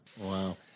Wow